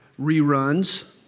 reruns